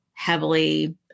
heavily